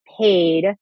paid